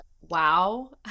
Wow